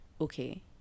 okay